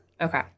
Okay